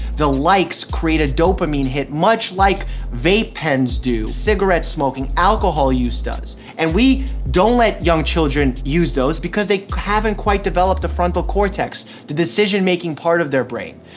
the likes create a dopamine hit, much like vape pens do, cigarette smoking, alcohol use does. and we don't let young children use those because they haven't quite developed the frontal cortex, the decision-making part of their brain.